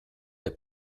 der